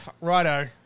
righto